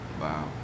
Wow